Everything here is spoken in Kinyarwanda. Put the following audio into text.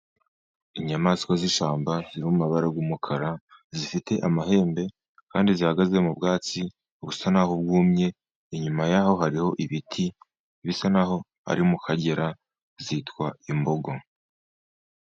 Inyamaswa z'ishyamba ziri mu mabara y'umukara zifite amahembe, kandi zihagaze mu bwatsi busa naho bwumye, inyuma yaho hariho ibiti bisa naho ari mu kagera zitwa imbogo.